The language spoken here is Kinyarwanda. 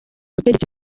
butegetsi